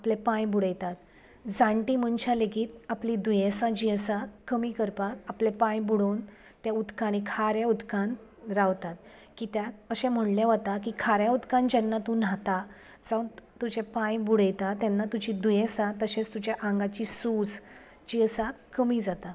आपले पांय बुडयतात जाणटी मनश्यां लेगीत आपली दुयेंसां जीं आसा कमी करपाक आपले पांय बुडोवन तें उदकांनी खारे उदकान रावतात कित्याक अशें म्हणले वता की खारे उदकान जेन्ना तूं न्हाता जावं तुजे पांय बुडयता तेन्ना तुजी दुयेंसां तशेंच तुज्या आंगाची सूज जी आसा कमी जाता